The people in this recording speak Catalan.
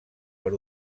per